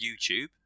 YouTube